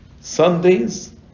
Sundays